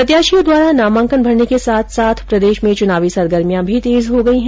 प्रत्याशियों द्वारा नामांकन भरने के साथ साथ प्रदेश में चुनावी सरगर्मियां भी तेज हो गई हैं